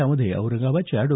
यामध्ये औरंगाबादच्या डॉ